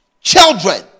Children